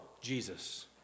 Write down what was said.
Jesus